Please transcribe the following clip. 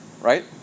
Right